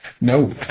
No